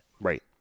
Right